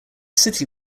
city